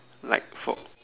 like for